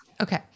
Okay